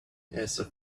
elsa